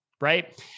right